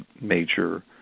major